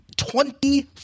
twenty